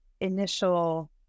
initial